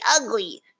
ugly